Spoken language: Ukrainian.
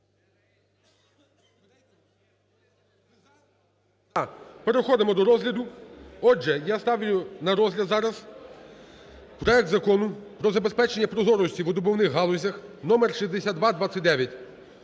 Переходимо до розгляду. Отже, я ставлю на розгляд зараз проект Закону про забезпечення прозорості у видобувних галузях (№6229).